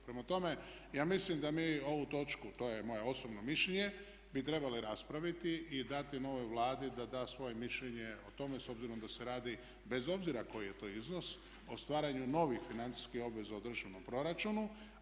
Prema tome, ja mislim da mi ovu točku to je moje osobno mišljenje bi trebali raspraviti i dati novoj Vladi da da svoje mišljenje o tome s obzirom da se radi, bez obzira koji je to iznos o stvaranju novih financijskih obveza u državnom proračunu.